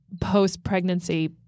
post-pregnancy